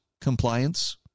compliance